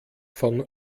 von